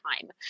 time